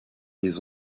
les